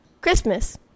Christmas